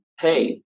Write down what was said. hey